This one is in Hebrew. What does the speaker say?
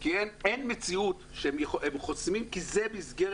-- כי אין מציאות שהם חוסמים כי זאת מסגרת